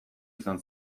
izan